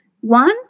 one